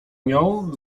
nią